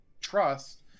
trust